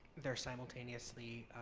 they are simultaneously